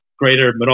greater